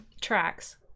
Tracks